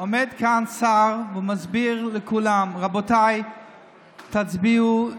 עומד כאן שר ומסביר לכולם: רבותיי, תצביעו,